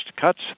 cuts